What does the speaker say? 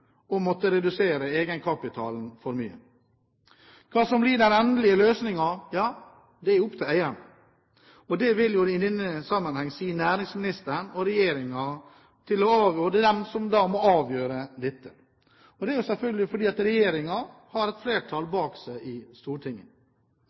måtte redusere egenkapitalen for mye. Hva som blir den endelige løsningen, er opp til eieren – det vil i denne sammenhengen si næringsministeren og regjeringen. De må avgjøre dette. Det er selvfølgelig fordi regjeringen har et flertall